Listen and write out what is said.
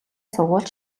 сургууль